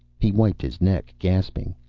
he wiped his neck, gasping.